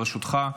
בראשותך,